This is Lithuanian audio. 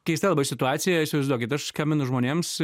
keista labai situacija įsivaizduokit aš skambinu žmonėms